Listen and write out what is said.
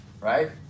right